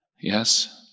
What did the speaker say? Yes